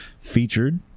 featured